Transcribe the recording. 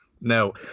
no